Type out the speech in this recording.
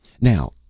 Now